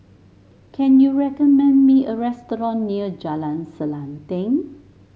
can you recommend me a restaurant near Jalan Selanting